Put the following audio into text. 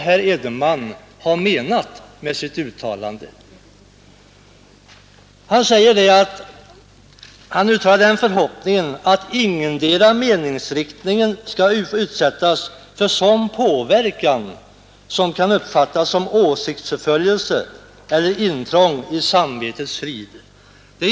Herr Edenman uttalade förhoppningen att ”ingendera meningsriktningen utsättes för sådan påverkan som kan uppfattas som åsiktsförföljelse eller intrång i samvetets frihet”.